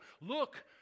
Look